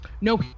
No